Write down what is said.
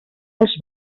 als